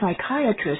psychiatrist